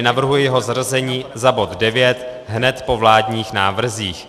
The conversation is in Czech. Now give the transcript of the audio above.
Navrhuji tedy jeho zařazení za bod 9 hned po vládních návrzích.